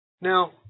Now